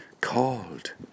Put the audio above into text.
called